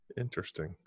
Interesting